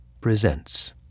presents